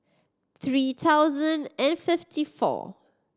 three thousand and fifty four